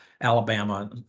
Alabama